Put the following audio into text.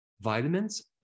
vitamins